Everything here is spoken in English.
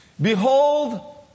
Behold